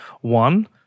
One